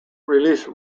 release